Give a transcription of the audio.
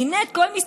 מדינת כל מסתנניה.